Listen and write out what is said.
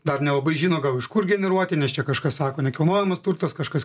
dar nelabai žino gal iš kur generuoti nes čia kažkas sako nekilnojamas turtas kažkas